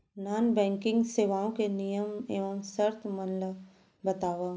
non banking सेवाओं के नियम एवं शर्त मन ला बतावव